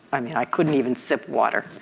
i mean, i couldn't even sip water.